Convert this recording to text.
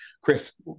Chris